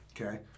okay